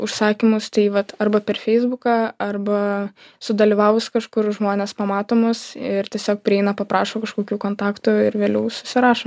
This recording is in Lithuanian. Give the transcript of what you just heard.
užsakymus tai vat arba per feisbuką arba sudalyvavus kažkur žmonės pamato mus ir tiesiog prieina paprašo kažkokių kontaktų ir vėliau susirašom